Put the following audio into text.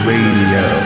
Radio